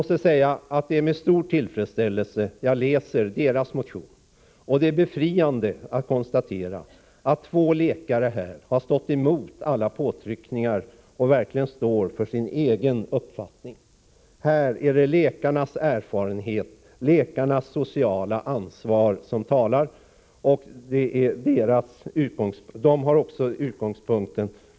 Det är med stor tillfredsställelse jag läser deras motion, och det är befriande att konstatera att två läkare har stått emot alla' påtryckningar och verkligen står för sin egen uppfattning. Här är det läkarnas erfarenhet, läkarnas sociala ansvar som talar. De har också barnets bästa som utgångspunkt.